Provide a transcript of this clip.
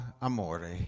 Amore